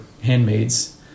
handmaids